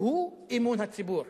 והוא אמון הציבור.